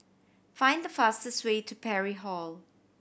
find the fastest way to Parry Hall